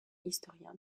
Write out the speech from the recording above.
historien